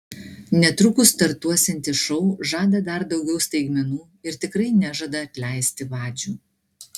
netrukus startuosiantis šou žada dar daugiau staigmenų ir tikrai nežada atleisti vadžių